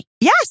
Yes